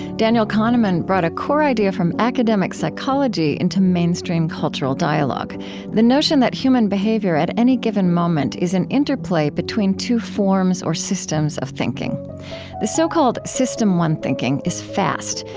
daniel kahneman brought a core idea from academic psychology into mainstream cultural dialogue the notion that human behavior at any given moment is an interplay between two forms or systems of thinking the so-called system one thinking is fast,